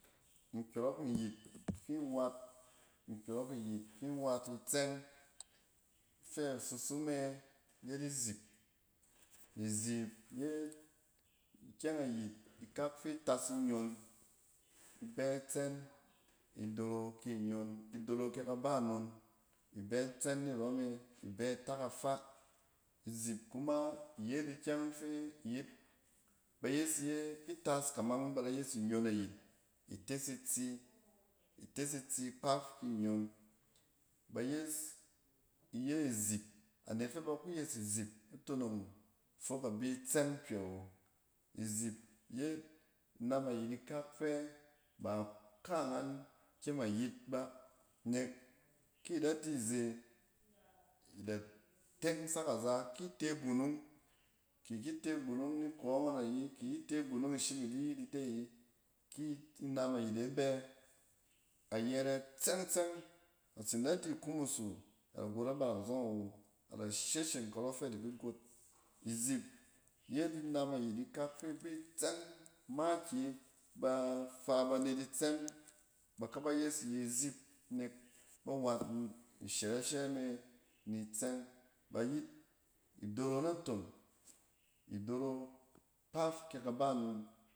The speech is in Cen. Nkyɔrɔk nyit fin wat, nkyɔrɔk nyit fin wat ni tsɛng. Ifɛ isusu me yet izip. Izip yet ikyɛng ayit plak fi tas inyon, ibɛ atsɛn, idoro ki nyon, idoro kɛ ka ba non, ibɛ tsɛn nirɔm ye, ibɛ atak afaa. Izip kuma iyet ikyɛng fɛ iyit ba yes iye, itas kamang ba da yes inyon ayit. Ites atsi, ites itsi kpaf ki ingon ba yes iye izip, anet fɛ ba ku yes izip tonong fok abi tsang hyɛ wo. Izip yet inam ayit ikak fɛ ba kaangam kyem ayit ba, nek ki da di ze, ida tong sak aza. Ki te gunung, ki ki te gunung ni kɔ ngɔn ayi, ki ite gunung ishin idi yitn ide ayi, kki inam ayit e bɛ ayɛrɛ tsɛng-tsɛng. A tsin da di ikumusu, a da got abak azɔng awo, ada shesheng karɔ fɛ adiki got. Izip yet inam ayit ikak fi ibi tsɛng makiyi. Ba faa banet itsang, ba kaba yes yi izip nek ba wat ishɛrɛshɛ me ni tsɛng. Ba yit, idoro naton, idoro kpaf kɛ kabanon.